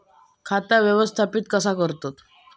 खाता व्यवस्थापित कसा करतत?